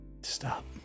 Stop